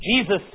Jesus